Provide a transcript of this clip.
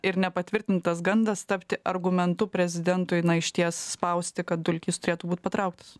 ir nepatvirtintas gandas tapti argumentu prezidentui na išties spausti kad dulkys turėtų būt patrauktas